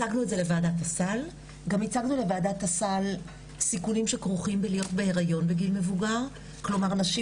הם היו בגיל ממוצע של 38